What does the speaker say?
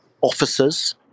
officers